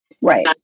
Right